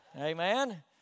Amen